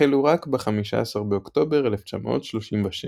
החלו רק ב-15 באוקטובר 1936,